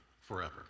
forever